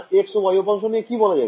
x ও y উপাংশ নিয়ে কি বলা যাবে